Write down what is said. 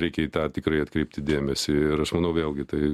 reikia į tą tikrai atkreipti dėmesį ir aš manau vėlgi tai